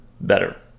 better